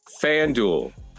FanDuel